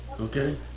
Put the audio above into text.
Okay